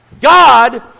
God